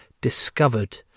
discovered